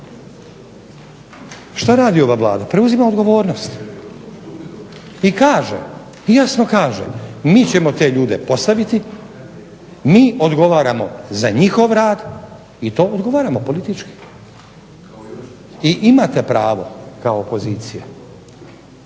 Što radi ova Vlada? Preuzima odgovornost i kaže jasno kaže, mi ćemo te ljude postaviti, mi odgovaramo za njihov rad i mi odgovaramo politički i imate pravo kao opozicija,